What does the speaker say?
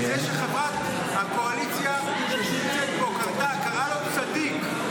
זה שחברת הקואליציה שנמצאת פה קראה לו "צדיק",